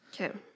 Okay